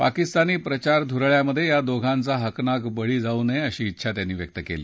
पाकिस्तानी प्रचारधुरळयात या दोघांचा हकनाक बळी जाऊ नये अशी डेछा त्यांनी व्यक्त केली